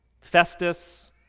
Festus